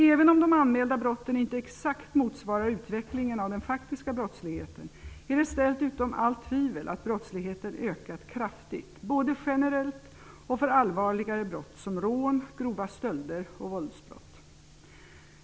Även om de anmälda brotten inte exakt motsvarar utvecklingen av den faktiska brottsligheten är det ställt utom allt tvivel att brottsligheten ökat kraftigt, både generellt och när det gäller allvarligare brott som rån, grova stölder och våldsbrott.